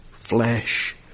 flesh